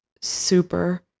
super